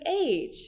age